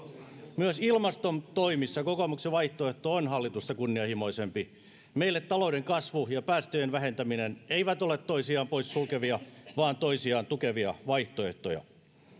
myös ilmastotoimissa kokoomuksen vaihtoehto on hallitusta kunnianhimoisempi meille talouden kasvu ja päästöjen vähentäminen eivät ole toisiaan poissulkevia vaan toisiaan tukevia vaihtoehtoja